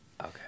Okay